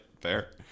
Fair